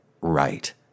right